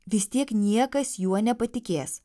vis tiek niekas juo nepatikės